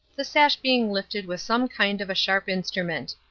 the sash being lifted with some kind of a sharp instrument.